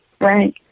Right